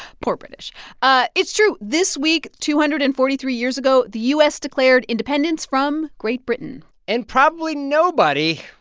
poor british ah it's true. this week, two hundred and forty three years ago, the u s. declared independence from great britain and probably nobody,